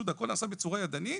פשוט הכול נעשה בצורה ידנית,